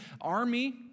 army